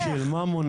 איך?